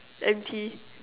M_T